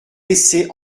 laisser